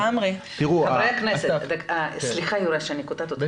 סליחה, יוראי, שאני קוטעת אותך.